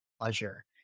pleasure